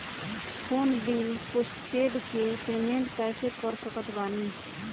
Phone bill postpaid के payment कैसे कर सकत बानी?